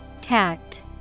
Tact